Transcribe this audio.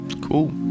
cool